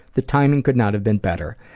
the timing could not have been better.